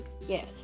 yes